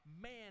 man